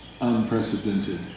unprecedented